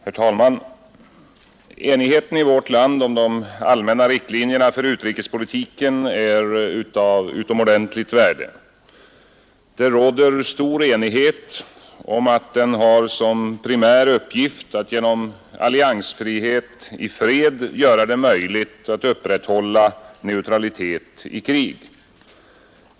Herr talman! Enigheten i vårt land om de allmänna riktlinjerna för utrikespolitiken är av utomordentligt värde. Det råder stor enighet om att vår utrikespolitik har som primär uppgift att genom alliansfrihet i fred göra det möjligt att upprätthålla neutralitet i krig.